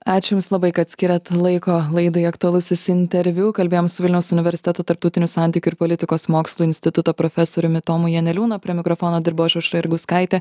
ačiū jums labai kad skyrėt laiko laidai aktualusis interviu kalbėjom vilniaus universiteto tarptautinių santykių ir politikos mokslų instituto profesoriumi tomu janeliūnu prie mikrofono dirbau aš aušra jurgauskaitė